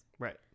right